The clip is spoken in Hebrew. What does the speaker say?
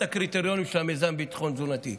הקריטריונים של המיזם לביטחון תזונתי.